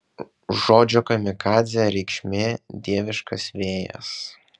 žodžio kamikadzė reikšmė dieviškas vėjas